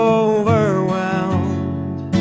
overwhelmed